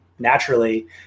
Naturally